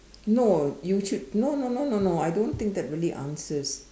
no you should no no no no no I don't think that really answers